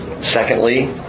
Secondly